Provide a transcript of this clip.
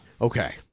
Okay